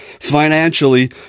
financially